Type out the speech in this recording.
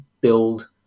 build